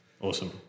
Awesome